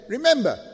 Remember